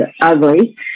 ugly